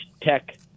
tech